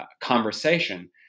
conversation